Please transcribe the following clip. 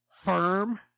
firm